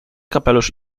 kapelusz